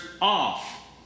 off